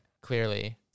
Clearly